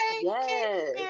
Yes